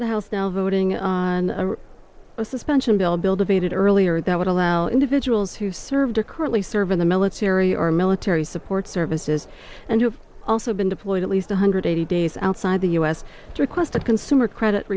the house now voting and a suspension bill bill debated earlier that would allow individuals who served or currently serve in the military or military support services and you've also been deployed at least one hundred eighty days outside the us to request the consumer credit